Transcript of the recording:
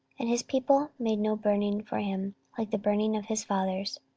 and his people made no burning for him, like the burning of his fathers.